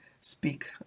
speak